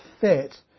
fit